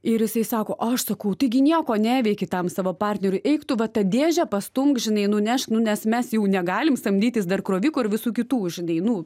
ir jisai sako aš sakau taigi nieko neveiki tam savo partneriui eik tu va tą dėžę pastumk žinai nunešk nes mes jau negalim samdytis dar kroviko ir visų kitų žinai nu